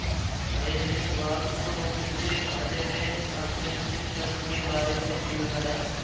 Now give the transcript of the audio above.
महेश ने सुभाष को नौकरी से फायदे में असुरक्षित कर्ज के बारे में भी बताया